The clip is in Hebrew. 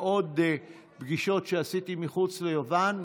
בעוד פגישות שקיימתי מחוץ ליוון,